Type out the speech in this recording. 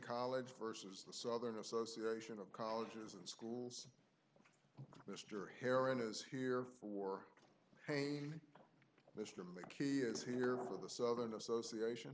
college versus the southern association of colleges and schools mr heron is here for pain to make he is here for the southern association